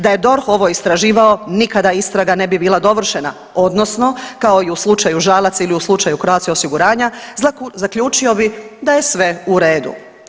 Da je DORH ovo istraživao nikada istraga ne bi bila dovršena odnosno kao i u slučaju Žalac ili u slučaju Croatia Osiguranja zaključio bi da je sve u redu.